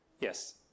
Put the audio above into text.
yes